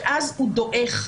ואז הוא דועך.